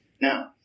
Now